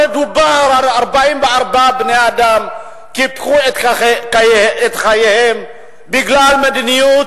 מדובר על 44 בני-אדם שקיפחו את חייהם בגלל מדיניות